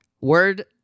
word